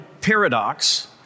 Paradox